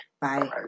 Bye